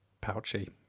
pouchy